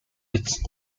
its